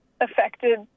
affected